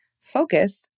Focus